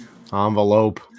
Envelope